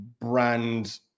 brand